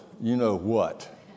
you-know-what